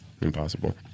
Impossible